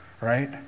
right